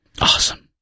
Awesome